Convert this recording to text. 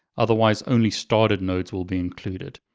otherwise only started nodes will be included.